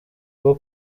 bwo